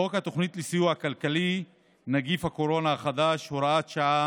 חוק התוכנית לסיוע כלכלי (נגיף הקורונה החדש) (הוראת שעה)